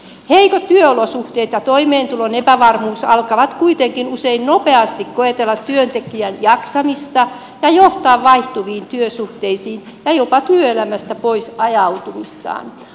heikot työolosuhteet ja toimeentulon epävarmuus alkavat kuitenkin usein nopeasti koetella työntekijän jaksamista ja johtaa vaihtuviin työsuhteisiin ja jopa työelämästä pois ajautumiseen